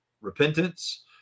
repentance